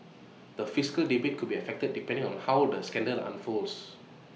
the fiscal debate could be affected depending on how the scandal unfolds